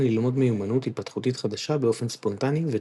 ללמוד מיומנות התפתחותית חדשה באופן ספונטני וטבעי.